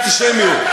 מה זה שייך לאנטישמיות?